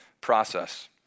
process